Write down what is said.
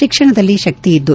ಶಿಕ್ಷಣದಲ್ಲಿ ಶಕ್ತಿಯಿದ್ದು